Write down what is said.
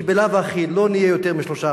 כי בלאו הכי לא נהיה יותר משלושה,